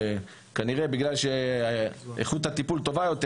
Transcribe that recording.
כנראה בגלל שאיכות הטיפול טובה יותר